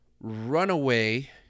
runaway